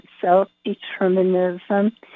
self-determinism